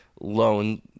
loan